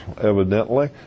evidently